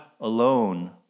alone